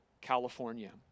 California